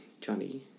Johnny